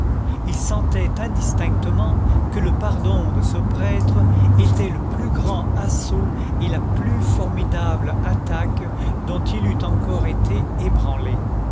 il sentait indistinctement que le pardon de ce prêtre était le plus grand assaut et la plus formidable attaque dont il eût encore été ébranlé